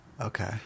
Okay